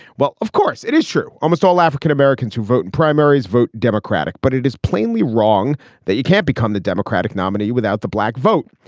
well of course it is true. almost all african-americans who vote in primaries vote democratic but it is plainly wrong that you can't become the democratic nominee without the black vote.